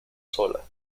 sola